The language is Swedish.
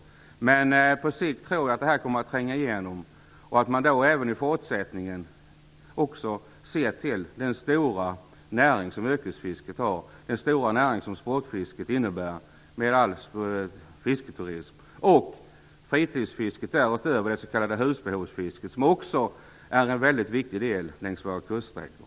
Men jag tror att det här på sikt kommer att tränga igenom och att man i fortsättningen också ser till den stora näring som yrkesfisket utgör, till sportfisket, fisketurismen och fritidsfisket och därutöver det s.k. husbehovsfisket, som också är en mycket viktig del längs våra kuststräckor.